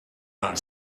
not